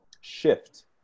shift